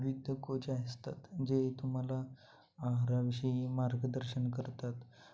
विद्यकोच असतात जे तुम्हाला आहाराविषयी मार्गदर्शन करतात